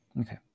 Okay